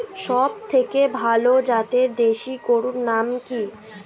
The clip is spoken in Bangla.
সবথেকে ভালো জাতের দেশি গরুর নাম কি?